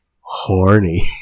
horny